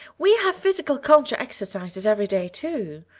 we have physical culture exercises every day, too.